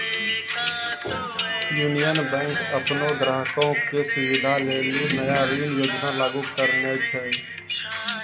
union Bank अपनो ग्राहको के सुविधा लेली नया ऋण योजना लागू करने छै